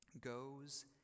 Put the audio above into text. goes